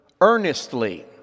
earnestly